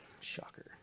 Shocker